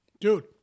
dude